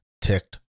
ticked